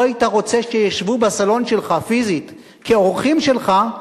לא היית רוצה שישבו בסלון שלך פיזית כאורחים שלך,